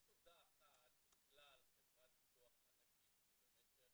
יש עובדה אחת שכלל חברת ביטוח ענקית שבמשך